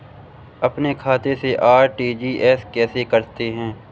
अपने खाते से आर.टी.जी.एस कैसे करते हैं?